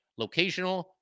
locational